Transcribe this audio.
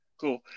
Cool